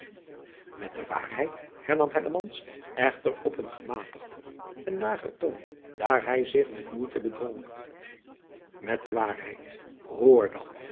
et de waarheid hernam echter op een gematigder en lager toon daar hij zich met moeire bedwong et de waarheid oor dan